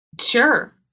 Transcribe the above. Sure